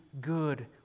good